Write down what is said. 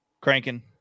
cranking